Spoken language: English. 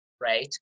right